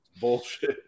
Bullshit